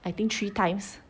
I think three times